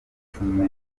cumi